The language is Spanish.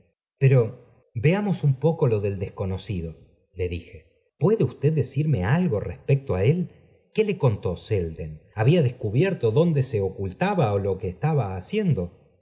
bas pero veamos un poco lo del desconocido le dije puede usted decirme algo respecto á él qué e contó selden había descubierto dondo se ocultaba ó lo que estaba haciendo